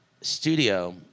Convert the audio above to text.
studio